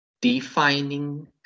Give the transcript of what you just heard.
defining